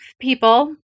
people